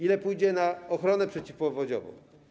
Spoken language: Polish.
Ile pójdzie na ochronę przeciwpowodziową?